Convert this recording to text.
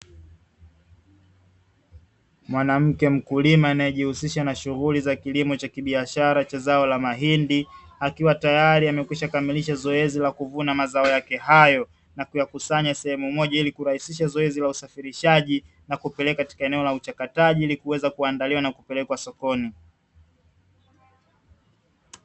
Mwanamke mkulima anayejihusisha na shughuli za kilimo cha kibiashara cha zao la mahindi, akiwa tayari amekwisha kamilisha zoezi la kuvuna mazao yake hayo, na kuyakusanya sehemu moja ili kurahisisha zoezi la usafirishaji, na kupeleka katika eneo la uchakataji ili kuweza kuandaliwa na kupelekwa sokoni.